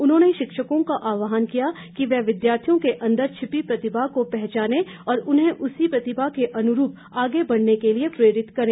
उन्होंने शिक्षकों का आहवान किया कि वे विद्यार्थियों के अंदर छिपी प्रतिमा को पहचाने और उन्हें उसी प्रतिमा के अनुरूप आगे बढ़ने के लिए प्रेरित करें